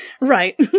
Right